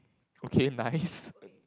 okay nice